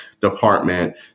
Department